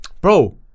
Bro